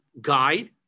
guide